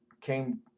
came